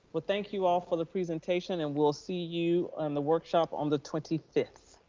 well, thank you all for the presentation and we'll see you on the workshop on the twenty fifth,